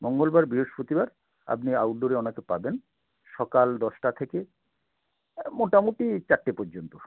মঙ্গলবার বৃহস্পতিবার আপনি আউটডোরে ওনাকে পাবেন সকাল দশটা থেকে মোটামুটি চারটে পর্যন্ত